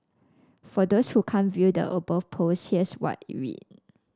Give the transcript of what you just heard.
for those who can't view the above post here's what it read